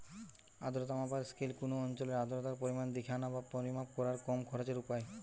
আর্দ্রতা মাপার স্কেল কুনো অঞ্চলের আর্দ্রতার পরিমাণ দিখানা বা পরিমাপ কোরার কম খরচের উপায়